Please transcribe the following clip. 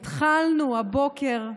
התחלנו הבוקר,